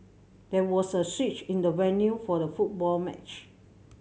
there was a switch in the venue for the football match